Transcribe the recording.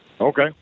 okay